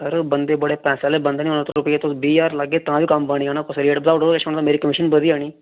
sir बंदे बड़े पैसें आहले बंदे न उ'नेंगी तुस रपेआ तुस बी ज्हार लागे तां बी कम्म बनी जाना तुसें रेट बधाऊ उड़ो मेरी कमीशन बधी जानी